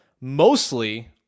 Mostly